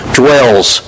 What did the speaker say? dwells